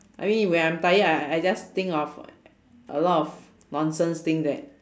I mean when I'm tired I I just think of a lot of nonsense thing that